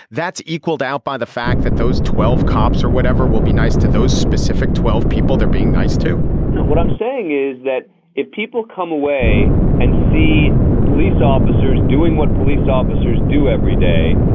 that's equaled out by the fact that those twelve cops or whatever will be nice to those specific twelve people. they're being nice to know what i'm saying is that if people come away and see police officers doing what police officers do every day,